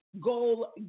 Goal